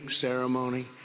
ceremony